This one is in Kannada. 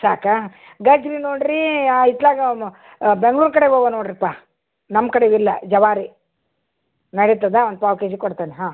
ಸಾಕಾ ಗಜ್ಜರಿ ನೋಡಿರೀ ಇತ್ಲಾಗೆ ಬೆಂಗ್ಳೂರು ಕಡೇವು ಇವೆ ನೋಡಿರಪ್ಪ ನಮ್ಮ ಕಡೇವು ಇಲ್ಲ ಜವಾರಿ ನಡೀತದಾ ಪಾವ್ ಕೆ ಜಿ ಕೊಡ್ತೇನೆ ಹಾಂ